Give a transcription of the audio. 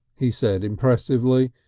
he said impressively,